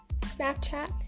snapchat